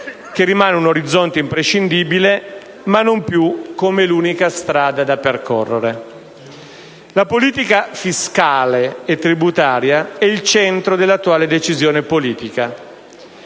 che rimane un orizzonte imprescindibile, ma non più come l'unica strada da percorrere. La politica fiscale e tributaria è il centro dell'attuale decisione politica: